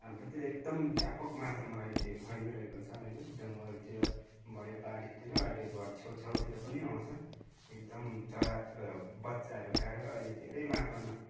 हाम्रोतिर एकदम व्यापक मात्रामा अहिले फैलिरहेको छ होइन जङ्गलतिर भयो बारीतिर अहिले घर छेउछाउतिर पनि आउँछ एकदम चरा बच्चाहरू काढेर अहिले धेरै मात्रामा